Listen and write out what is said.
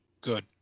good